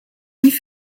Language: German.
nie